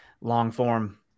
long-form